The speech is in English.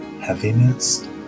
heaviness